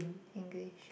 English